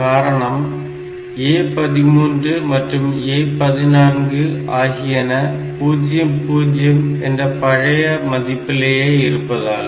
காரணம் A13 மற்றும் A14 ஆகியன 00 என்ற பழைய மதிப்பிலேயே இருப்பதால்